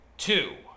Two